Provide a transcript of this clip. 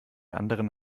anderen